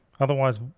Otherwise